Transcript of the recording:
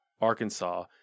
Arkansas